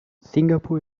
singapur